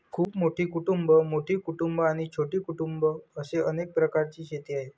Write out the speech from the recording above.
खूप मोठी कुटुंबं, मोठी कुटुंबं आणि छोटी कुटुंबं असे अनेक प्रकारची शेती आहे